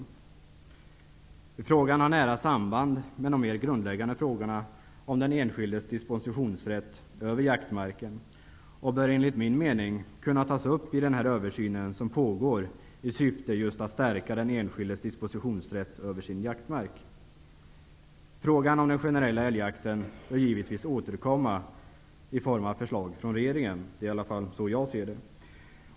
Den frågan har nära samband med de mera grundläggande frågorna om den enskildes dispositionsrätt över jaktmarken och bör, enligt min mening, kunna tas upp i den översyn som pågår i syfte att stärka den enskildes dispositionsrätt över sin jaktmark. Frågan om den generella älgjakten bör givetvis komma upp igen, i form av förslag från regeringen. Det är i alla fall så jag ser det.